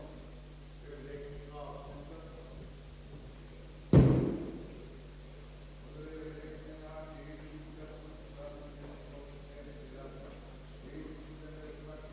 viceverksamheten och skapa bättre förutsättningar för ett meningsfullt utbyte av ledig tid.